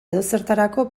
edozertarako